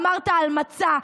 אמרת על מצע,